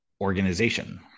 organization